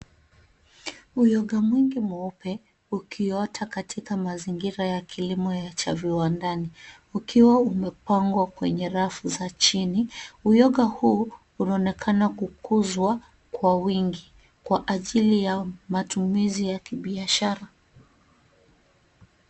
Uyoga mwingi mweupe, ukiota katika mazingira ya kilimo ya, cha kiwandani, ukiwa umepangwa, kwenye rafu za chini. Uyoga huu unaonekana kukuzwa, kwa wingi. Kwa ajili ya matumizi ya kibiashara.